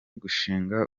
gushinga